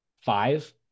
five